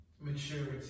maturity